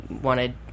wanted –